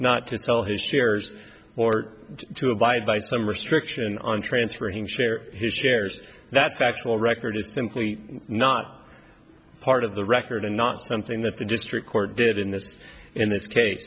not to sell his shares or to abide by some restriction on transferring share his shares that factual record is simply not part of the record and not something that the district court did in this in this